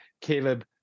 Caleb